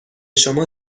شما